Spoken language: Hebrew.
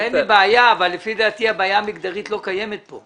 אין לי בעיה אבל לפי דעתי הבעיה המגדרית לא קיימת כאן